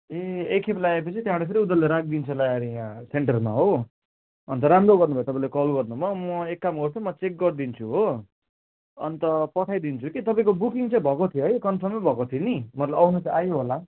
ए एकखेप लागेपछि त्यहाँबाट फेरि उनीहरूले राखिदिन्छ ल्याएर यहाँ सेन्टरमा हो अन्त राम्रो गर्नुभयो तपाईँले कल गर्नुभयो म एक काम गर्छु म चेक गरिदिन्छु हो अन्त पठाइदिन्छु कि तपाईँको बुकिङ चाहिँ भएको थियो है कन्फर्मै भएको थियो नि मतलब आउन चाहिँ आयो होला